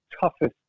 toughest